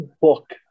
book